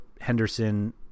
Henderson